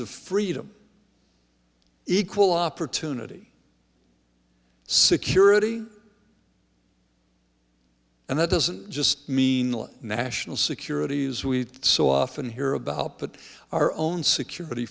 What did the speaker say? of freedom equal opportunity security and that doesn't just mean like national security as we so often hear about but our own security